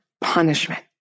punishment